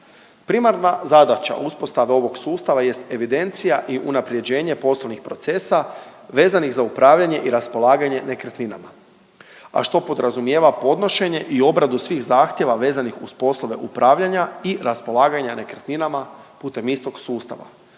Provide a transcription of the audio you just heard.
Primarna zadaća uspostave ovog sustava jest evidencija i unapređenje poslovnih procesa vezanih za upravljanje i raspolaganje nekretninama, a što podrazumijeva podnošenje i obradu svih zahtjeva vezanih uz poslove upravljanja i raspolaganja nekretninama putem istog sustava